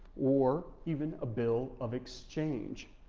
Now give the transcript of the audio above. or even a bill of exchange.